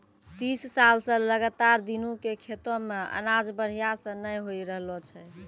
तीस साल स लगातार दीनू के खेतो मॅ अनाज बढ़िया स नय होय रहॅलो छै